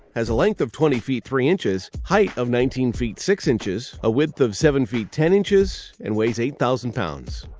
has a length of twenty feet three inches, height of nineteen feet six inches, a width of seven feet ten inches, and weighs eight thousand pounds.